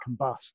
combust